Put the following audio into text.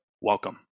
welcome